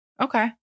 Okay